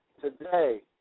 Today